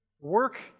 work